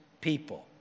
people